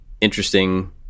interesting